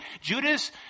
judas